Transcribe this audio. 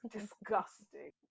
Disgusting